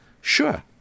Sure